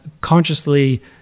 Consciously